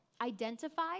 Identify